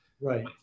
right